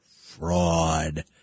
fraud